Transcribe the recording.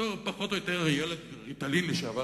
בתור פחות או יותר ילד ריטלין לשעבר,